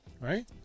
right